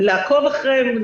לעקוב אחריהם,